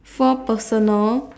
four personal